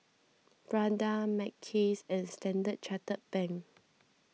Prada Mackays and Standard Chartered Bank